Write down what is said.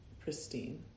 pristine